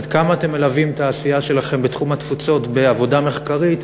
עד כמה אתם מלווים את העשייה שלכם בתחום התפוצות בעבודה מחקרית?